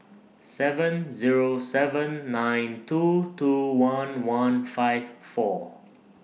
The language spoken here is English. seven Zero seven nine two two one one five four